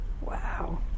Wow